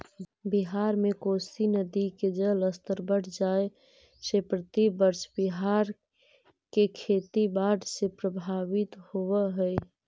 बिहार में कोसी नदी के जलस्तर बढ़ जाए से प्रतिवर्ष बिहार के खेती बाढ़ से प्रभावित होवऽ हई